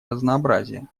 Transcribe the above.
разнообразия